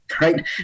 right